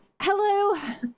Hello